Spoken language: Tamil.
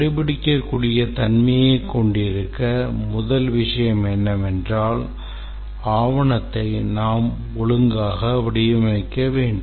கண்டுபிடிக்கக்கூடிய தன்மையைக் கொண்டிருக்க முதல் விஷயம் என்னவென்றால் ஆவணத்தை நாம் ஒழுங்காக வடிவமைக்க வேண்டும்